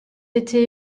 été